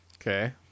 Okay